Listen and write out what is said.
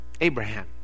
Abraham